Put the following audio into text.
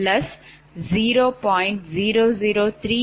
003788109